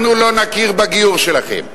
אנחנו לא נכיר בגיור שלכם.